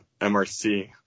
MRC